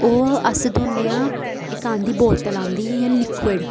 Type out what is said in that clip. ओह् अस धोन्ने आं इक आंदी बोतल आंदी इयां लिक्युड